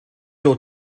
your